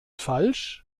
falsch